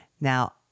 Now